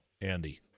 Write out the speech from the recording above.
Andy